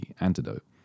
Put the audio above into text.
antidote